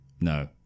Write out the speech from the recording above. No